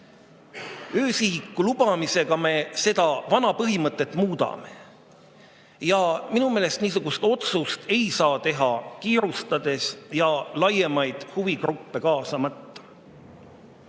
Öösihiku lubamisega me seda vana põhimõtet muudame. Minu meelest niisugust otsust ei saa teha kiirustades ja laiemaid huvigruppe kaasamata. Teiseks,